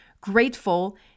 grateful